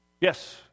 Yes